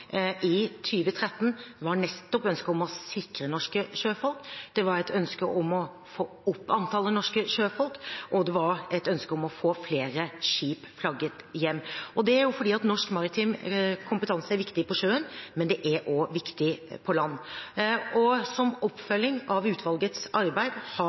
i 2013 nettopp var ønsket om å sikre norske sjøfolk. Det var et ønske om å få opp antallet norske sjøfolk, og det var et ønske om å få flere skip flagget hjem. Det er fordi norsk maritim kompetanse er viktig på sjøen, men det er også viktig på land. Som oppfølging av utvalgets arbeid